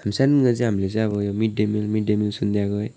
हामी सानो हुँदा चाहिँ हामीले चाहिँ यो मिडडे मिल मिडडे मिल सुन्दैे आएको है